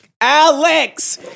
Alex